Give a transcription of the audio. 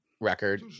Record